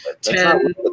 ten